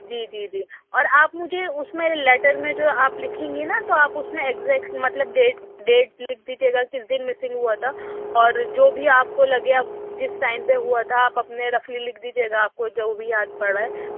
جی جی جی اور آپ مجھے اُس میں لیٹر میں جو آپ لکھیں گی نا تو آپ اُس میں ایگزیکٹ مطلب ڈیٹ ڈیٹ لِکھ دیجئے گا کِس دن مِسنگ ہُوا تھا اور جو بھی آپ کو لگے آپ جس ٹائم پہ ہوا تھا آپ اپنے رفلی لِکھ دیجئے گا آپ کو جو بھی یاد پڑ رہا ہے